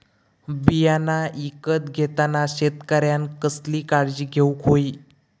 बियाणा ईकत घेताना शेतकऱ्यानं कसली काळजी घेऊक होई?